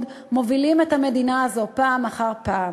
מובילים את המדינה הזאת פעם אחר פעם.